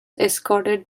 escorted